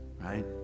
right